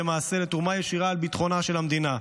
למעשה לתרומה ישירה לביטחונה של המדינה,